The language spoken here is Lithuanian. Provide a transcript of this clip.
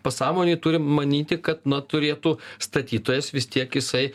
pasąmonėj turim manyti kad na turėtų statytojas vis tiek jisai